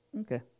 Okay